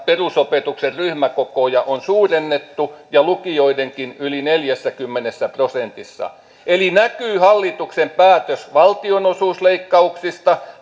perusopetuksen ryhmäkokoja on suurennettu ja lukioidenkin yli neljässäkymmenessä prosentissa eli näkyy hallituksen päätös valtionosuusleikkauksista